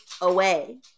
away